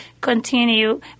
continue